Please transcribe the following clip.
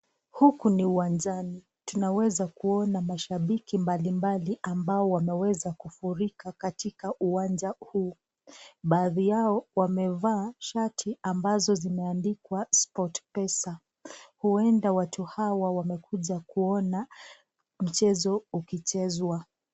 Huku ni uwanjani tunaweza kuona mashabiki mbalimbali ambao wameweza kufurika katika uwanja huu. Baadhi yao wamevaa shati ambazo zimeandikwa Sport Pesa, huenda watu hawa wamekuja kuona mchezo iki chezwa.